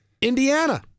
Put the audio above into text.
Indiana